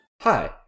Hi